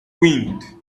wind